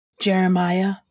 Jeremiah